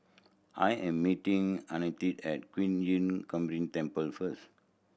I am meeting Annetta at Qun Yun Temple first